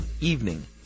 evening